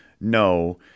no